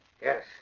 Yes